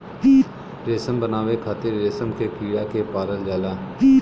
रेशम बनावे खातिर रेशम के कीड़ा के पालल जाला